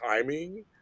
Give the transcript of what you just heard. timing